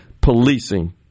policing